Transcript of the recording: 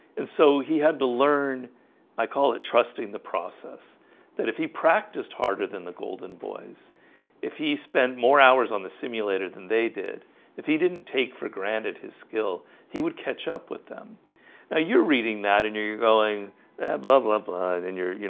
and so he had to learn i call it trusting the process that if he practiced harder than the golden boys if he spent more hours on the simulator than they did if he didn't take for granted his skill he would catch up with them now ah you're reading that and you're you're going love love then and you're you're